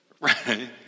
right